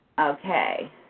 Okay